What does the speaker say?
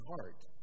heart